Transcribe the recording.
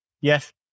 yes